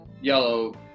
yellow